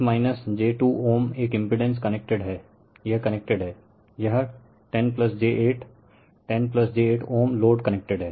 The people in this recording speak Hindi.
तो लाइन में 5 j2Ω एक इम्पिड़ेंस कनेक्टेड है यह कनेक्टेड है यह 10 j8 10 j8Ω लोड कनेक्टेड हैं